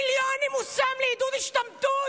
מיליונים הוא שם לעידוד השתמטות.